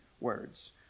words